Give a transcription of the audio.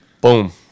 Boom